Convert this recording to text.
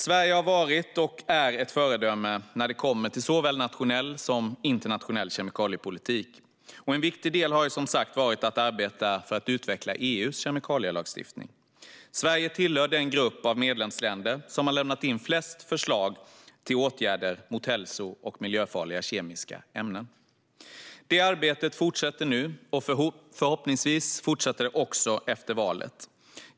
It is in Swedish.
Sverige har varit och är ett föredöme när det gäller såväl nationell som internationell kemikaliepolitik. En viktig del har som sagt varit att arbeta för att utveckla EU:s kemikalielagstiftning. Sverige tillhör den grupp av medlemsländer som har lämnat in flest förslag till åtgärder mot hälso och miljöfarliga kemiska ämnen. Det arbetet fortsätter nu. Förhoppningsvis fortsätter det också efter valet.